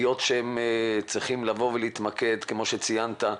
היות שהם צריכים להתמקד כפי שציינת,